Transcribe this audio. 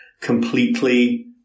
completely